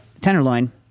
tenderloin